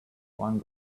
one